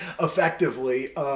effectively